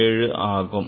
075 ஆகும்